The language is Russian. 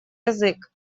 язык